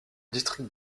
district